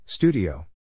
Studio